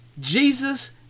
Jesus